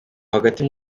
hagati